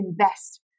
invest